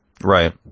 Right